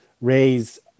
raise